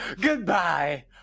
Goodbye